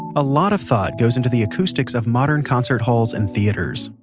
a lot of thought goes into the acoustics of modern concert halls and theaters.